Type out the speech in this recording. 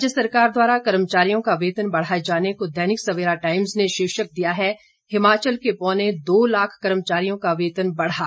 राज्य सरकार द्वारा कर्मचारियों का वेतन बढ़ाए जाने को दैनिक सवेरा टाइम्स ने शीर्षक दिया है हिमाचल के पौने दो लाख कर्मचारियों का वेतन बढ़ा